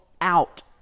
out